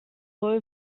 low